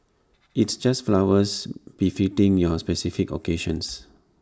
it's just flowers befitting your specific occasions